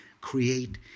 create